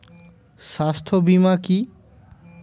স্বাস্থ্য বীমা কি?